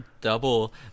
double